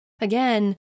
Again